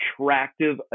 attractive